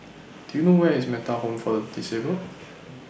Do YOU know Where IS Metta Home For The Disabled